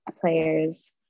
players